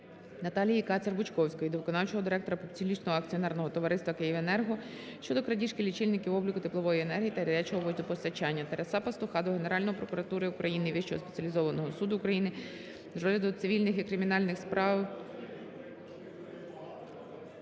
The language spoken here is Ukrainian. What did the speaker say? Наталії Кацер-Бучковської до виконавчого директора Публічного акціонерного товариства "Київенерго" щодо крадіжки лічильників обліку теплової енергії та гарячого водопостачання. Тараса Пастуха до Генеральної прокуратури України, Вищого спеціалізованого суду України з розгляду цивільних і кримінальних справ